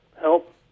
help